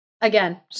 again